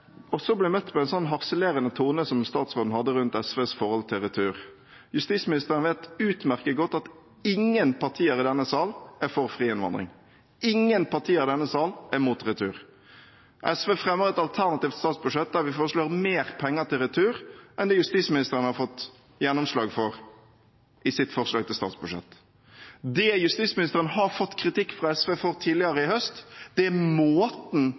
møtt med en slik harselerende tone som den statsråden hadde rundt SVs forhold til retur. Justisministeren vet utmerket godt at ingen partier i denne sal er for fri innvandring – ingen partier i denne sal er imot retur. SV fremmer et alternativt statsbudsjett der vi foreslår mer penger til retur enn det justisministeren har fått gjennomslag for i sitt forslag til statsbudsjett. Det justisministeren har fått kritikk fra SV for tidligere i høst, er måten